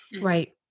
Right